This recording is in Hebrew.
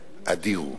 אדיר הוא.